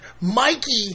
Mikey